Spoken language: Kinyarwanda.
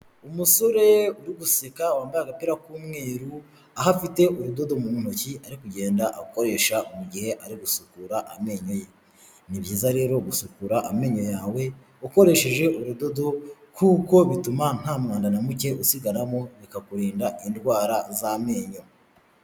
Umusore uri guseka wambaye agapira k'umweru aho afite urudodo mu ntoki ari kugenda akoresha mu gihe ari gusukura amenyo ye ,ni byiza rero gusukura amenyo yawe ukoresheje urudodo kuko bituma nta mwanda na muke usigaramo bikakurinda indwara z'amenyo.